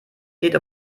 geht